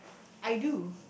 I do